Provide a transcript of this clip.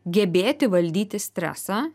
gebėti valdyti stresą